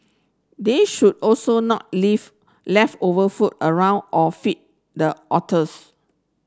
they should also not leave leftover food around or feed the otters